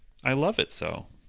i love it so.